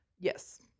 Yes